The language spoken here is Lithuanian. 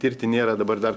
tirti nėra dabar dar